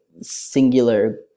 singular